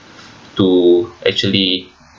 to actually